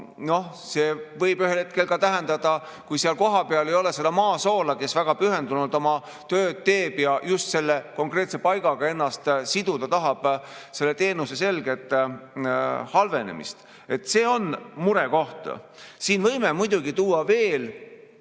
See võib ühel hetkel tähendada seda, et kui kohapeal ei ole seda maasoola, kes väga pühendunult oma tööd teeks ja just selle konkreetse paigaga ennast siduda tahaks, siis teenus selgelt halveneb. See on murekoht. Võime muidugi tuua veel